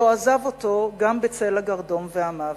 שלא עזב אותו גם בצל הגרדום והמוות.